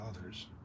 others